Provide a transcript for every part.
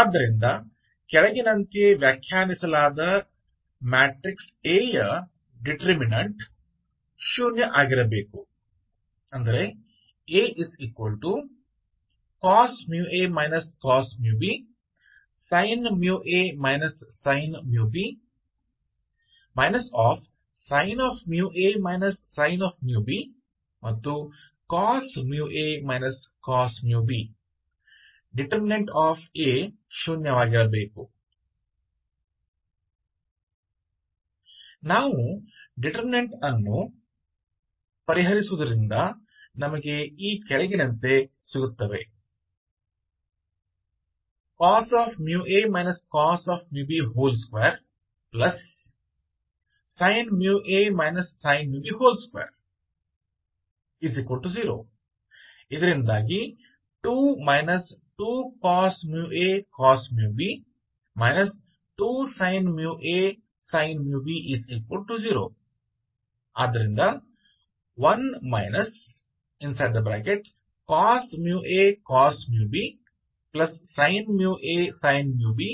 ಆದ್ದರಿಂದ ಕೆಳಗಿನಂತೆ ವ್ಯಾಖ್ಯಾನಿಸಲಾದ ಮ್ಯಾಟ್ರಿಕ್ಸ್ A ಯ ಡಿಟರ್ಮಿನಂಟ್ 0 ಆಗಿರಬೇಕು A0 ನಾವು ಡಿಟರ್ಮಿನಂಟ್ ಅನ್ನು ಪರಿಹರಿಸುವುದರಿಂದ ನಮಗೆ ಈ ಕೆಳಗಿನಂತೆ ಸಿಗುತ್ತವೆ 2 a sin b20 ಇದರಿಂದ 2 2cos a cos b 2sin a sin b0 ಇದರಿಂದ 1 cos a cos bsin a sin b0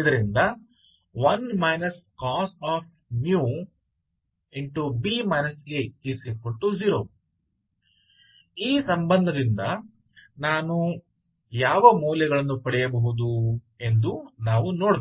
ಇದರಿಂದ 1 cos 0 ಈ ಸಂಬಂಧದಿಂದ ನಾನು ಯಾವ ಮೌಲ್ಯಗಳನ್ನು ಪಡೆಯಬಹುದು ಎಂದು ನಾವು ನೋಡಬೇಕು